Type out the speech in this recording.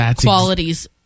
qualities